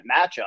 matchup